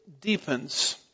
deepens